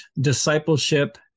discipleship